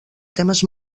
temes